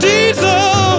Diesel